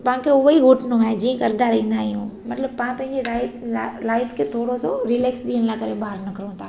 पाण खे उहो ई उहो करिणो आहे जीअं करंदा रहंदा आहियूं मतलबु पाणु पंहिंजी लाइफ़ ला लाइफ़ खे थोरो सो रिलेक्स ॾियण लाइ करे ॿाहिरि निकरूं था